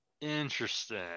Interesting